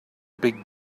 big